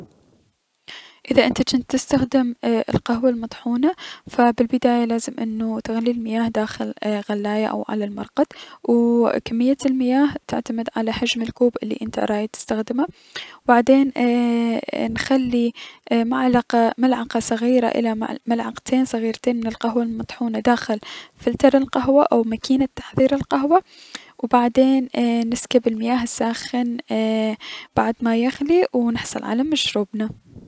اذا انت جنت تستخدم القهوة المطحونة ف بالداية لازم انو تغلي المياه داخل غلاية او على المرقد و كمية المياه تعتمد على حجم الكوب الي انت رايد تستخدمه، بعدين اي اي نخلي معلقة- ملعقة صغيرة الى ملعقتين صغيرتين من القهوة المطحونة داخل فلتر القهوة او مكينة تحضير القهوة و بعدين نسكب المياه الساخن اي- بعد ما يغلي و نحصل لى مشروبنا.